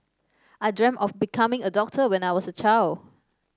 I dreamt of becoming a doctor when I was a child